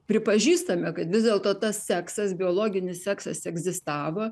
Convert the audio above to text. pripažįstame kad vis dėlto tas seksas biologinis seksas egzistavo